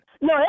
No